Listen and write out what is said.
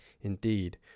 Indeed